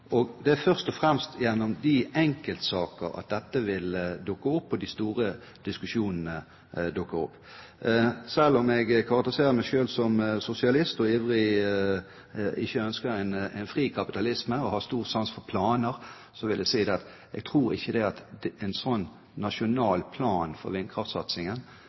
Det er først og fremst gjennom enkeltsaker at dette vil dukke opp og de store diskusjonene komme. Selv om jeg karakteriserer meg selv om sosialist, som ikke ønsker en fri kapitalisme og har stor sans for planer, vil jeg si at jeg tror ikke en sånn nasjonal plan for vindkraftsatsingen